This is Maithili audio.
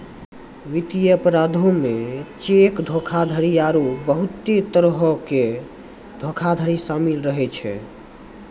वित्तीय अपराधो मे चेक धोखाधड़ी आरु बहुते तरहो के धोखाधड़ी शामिल रहै छै